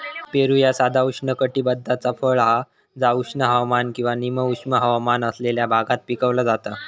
पेरू ह्या साधा उष्णकटिबद्धाचा फळ हा जा उष्ण हवामान किंवा निम उष्ण हवामान असलेल्या भागात पिकवला जाता